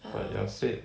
but I was